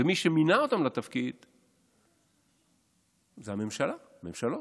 ומי שמינה אותם לתפקיד זה הממשלה, הממשלות.